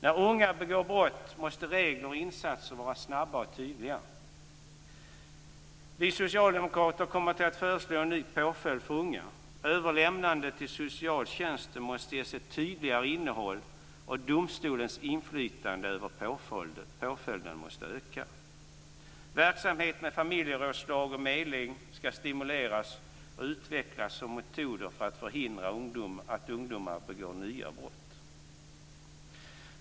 När unga begår brott måste regler och insatser vara snabba och tydliga. Vi socialdemokrater kommer att föreslå en ny påföljd för unga. Överlämnande till socialtjänsten måste ges ett tydligare innehåll, och domstolens inflytande över påföljden måste öka. Verksamhet med familjerådslag och medling skall stimuleras och utvecklas som metoder för att förhindra att ungdomar begår nya brott.